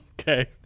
Okay